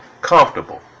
comfortable